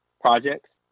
projects